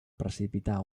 precipitar